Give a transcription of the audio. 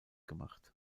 gemacht